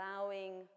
allowing